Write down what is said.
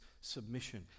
submission